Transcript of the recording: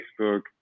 Facebook